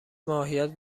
ماهیت